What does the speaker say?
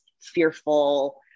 fearful